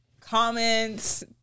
comments